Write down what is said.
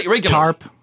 Tarp